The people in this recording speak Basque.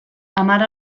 hamar